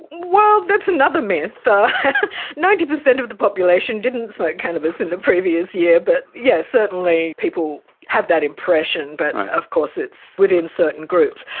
well, that's another myth ninety percent of the population didn't smoke cannabis in the previous year, but yes, certainly people have that impression, but of course it's within certain groups.